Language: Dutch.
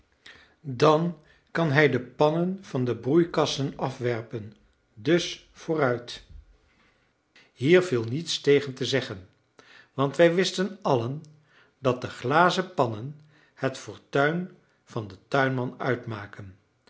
dan kan hij de pannen van de broeikasten afwerpen dus vooruit hier viel niets tegen te zeggen want wij wisten allen dat de glazenpannen het fortuin van den tuinman uitmaken